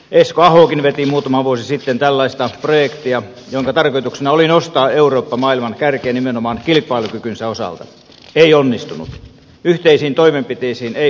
esko ahokin veti muutama vuosi sitten tällaista projektia jonka tarkoituksena oli nostaa eurooppa maailman kärkeen nimenomaan kilpailukykynsä osalta ei onnistunut yhteisiin toimenpiteisiin ei pystytty